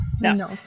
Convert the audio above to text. No